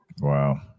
Wow